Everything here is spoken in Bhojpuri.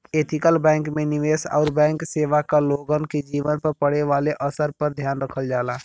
ऐथिकल बैंक में निवेश आउर बैंक सेवा क लोगन के जीवन पर पड़े वाले असर पर ध्यान रखल जाला